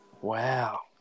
Wow